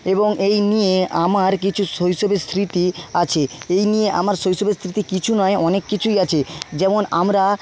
এবং এই নিয়ে আমার কিছু শৈশবের স্মৃতি আছে এই নিয়ে আমার শৈশবের স্মৃতি কিছু নয় অনেক কিছুই আছে যেমন আমরা